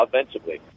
offensively